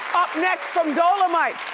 up next from dolemite,